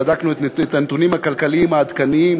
בדקנו את הנתונים הכלכליים העדכניים